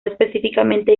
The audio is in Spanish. específicamente